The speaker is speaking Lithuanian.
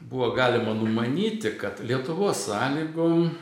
buvo galima numanyti kad lietuvos sąlygom